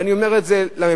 ואני אומר את זה לממשלה,